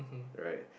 right